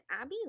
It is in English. Abby